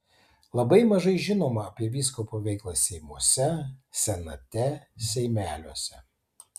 labai mažai žinoma apie vyskupo veiklą seimuose senate seimeliuose